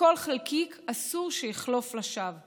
וכל חלקיק, אסור שיחלוף לשווא.